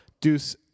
Deuce